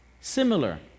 Similar